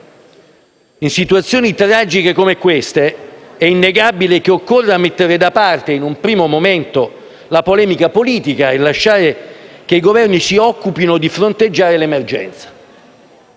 In situazioni tragiche come queste è innegabile che occorra mettere da parte in un primo momento la polemica politica e lasciare che i Governi si occupino di fronteggiare l'emergenza,